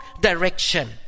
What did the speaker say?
direction